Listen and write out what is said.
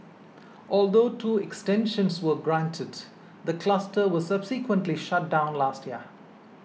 although two extensions were granted the cluster was subsequently shut down last year